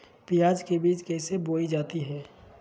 प्याज के बीज कैसे बोई जाती हैं?